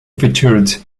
featured